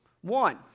One